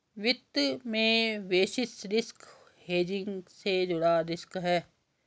वित्त में basis risk hedging से जुड़ा रिस्क है